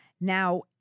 Now